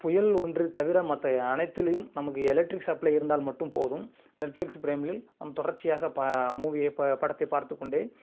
புயல் ஒன்று தவிர மற்ற அனைத்துலேயும் நமக்கு எலக்ட்ரிக் சப்ளை இருந்தால் மட்டும் போதும் நெட்ஃப்ளஸ் ப்ரேமில் நம் தொடர்ச்சியாக ப மூவி ப படத்தை பார்த்துக்கொண்டே